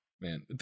man